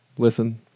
listen